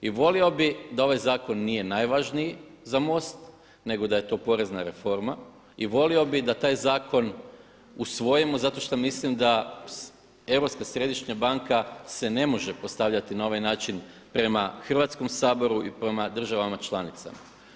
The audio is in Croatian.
I volio bih da ovaj zakon nije najvažniji za MOST nego da je to porezna reforma i volio bih da taj zakon usvojimo zato što mislim da Europska središnja banka se ne može postavljati na ovaj način prema Hrvatskom saboru i prema državama članicama.